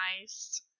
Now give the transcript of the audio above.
nice